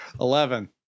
Eleven